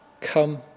Come